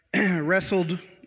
wrestled